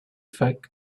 fact